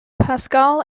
pascal